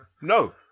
No